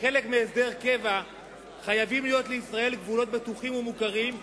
כחלק מהסדר קבע חייבים להיות לישראל גבולות בטוחים ומוכרים,